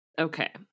Okay